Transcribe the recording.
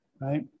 right